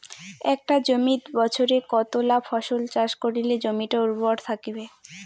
একটা জমিত বছরে কতলা ফসল চাষ করিলে জমিটা উর্বর থাকিবে?